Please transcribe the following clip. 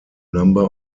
number